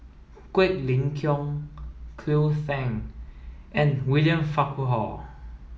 Quek Ling Kiong Cleo Thang and William Farquhar